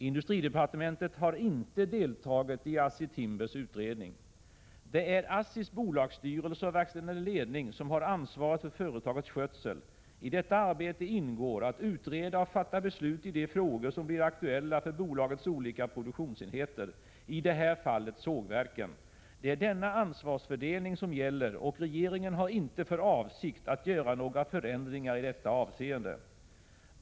Industridepartementet har inte deltagit i ASSI Timbers utredning. Det är ASSI:s bolagsstyrelse och verkställande ledning som har ansvaret för företagets skötsel. I detta arbete ingår att utreda och fatta beslut i de frågor som blir aktuella för bolagets olika produktionsenheter, i det här fallet sågverken. Det är denna ansvarsfördelning som gäller, och regeringen har inte för avsikt att göra några förändringar i detta avseende.